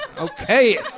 Okay